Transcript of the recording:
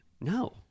No